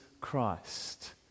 Christ